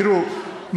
תראו,